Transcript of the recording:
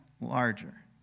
larger